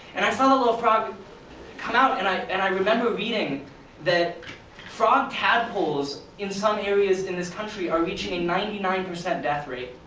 and i saw a little frog come out and i and i remember reading that frog tadpoles in some areas in this country are reaching a ninety nine percent death rate.